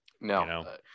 No